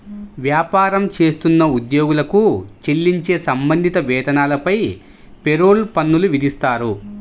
వ్యాపారం చేస్తున్న ఉద్యోగులకు చెల్లించే సంబంధిత వేతనాలపై పేరోల్ పన్నులు విధిస్తారు